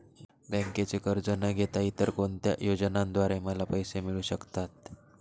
बँकेचे कर्ज न घेता इतर कोणत्या योजनांद्वारे मला पैसे मिळू शकतात?